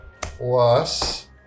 plus